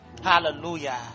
Hallelujah